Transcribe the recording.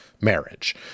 marriage